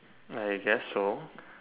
I guess so